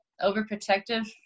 overprotective